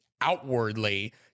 outwardly